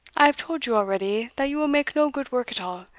i have told you already that you will make no good work at all,